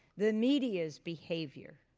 the media's behavior?